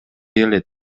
келет